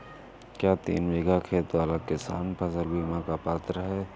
क्या तीन बीघा खेत वाला किसान फसल बीमा का पात्र हैं?